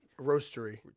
Roastery